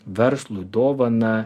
verslų dovaną